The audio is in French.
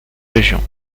régions